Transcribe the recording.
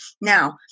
Now